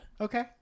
Okay